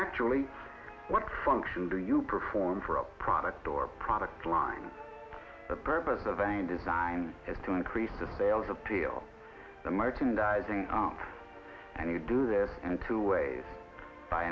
actually what function do you perform for a product or product line the purpose of a in design is to increase the sales appeal of merchandising and you do this and two ways by